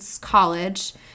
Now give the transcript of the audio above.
college